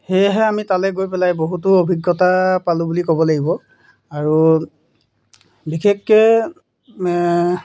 সেয়েহে আমি তালৈ গৈ পেলাই বহুতো অভিজ্ঞতা পালোঁ বুলি ক'ব লাগিব আৰু বিশেষকৈ